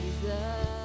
jesus